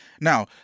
Now